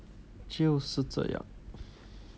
就是这样